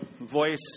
voice